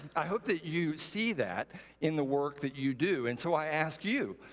i hope that you see that in the work that you do. and so i ask you,